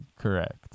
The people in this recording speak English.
Correct